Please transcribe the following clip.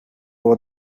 over